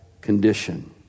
condition